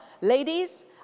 ladies